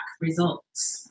results